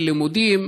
אין לימודים.